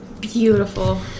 Beautiful